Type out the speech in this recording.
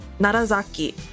Narazaki